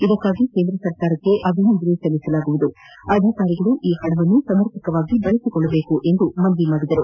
ಇದಕ್ಕಾಗಿ ಕೇಂದ್ರ ಸರ್ಕಾರಕ್ಷೆ ಅಭಿನಂದನೆ ಸಲ್ಲಿಸಲಾಗುವುದು ಅಧಿಕಾರಿಗಳು ಹಣವನ್ನು ಸಮರ್ಪಕವಾಗಿ ಬಳಸಿಕೊಳ್ಳಬೇಕೆಂದು ಮನವಿ ಮಾಡಿದರು